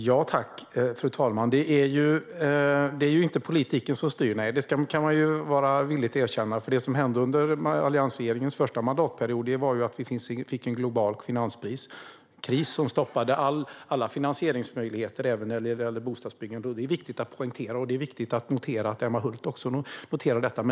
Fru talman! Det är inte politiken som styr - det kan man villigt erkänna. Det som hände under alliansregeringens första mandatperiod var att det blev en global finanskris som stoppade alla finansieringsmöjligheter - även när det gäller bostadsbyggande. Det är viktigt att poängtera. Det är också viktigt att Emma Hult noterar detta.